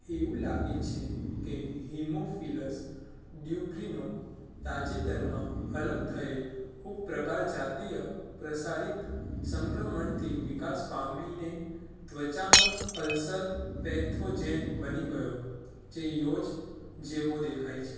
એવું લાગે છે કે હીમોફિલસ ડ્યુક્રીનો તાજેતરમાં અલગ થયેલ ઉપપ્રકાર જાતિય પ્રસારિત સંક્રમણથી વિકાસ પામીને ત્વચાનો અલ્સર પેથોજેન બની ગયો જે યૉઝ જેવો દેખાય છે